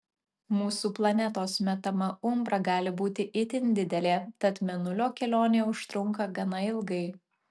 mūsų planetos metama umbra gali būti itin didelė tad mėnulio kelionė užtrunka gana ilgai